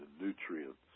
nutrients